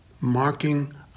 marking